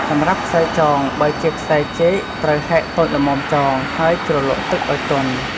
សម្រាប់ខ្សែចង បើជាខ្សែចេក ត្រូវហែកតូចល្មមចង ហើយជ្រលក់ទឹកឱ្យទន់។